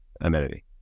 amenity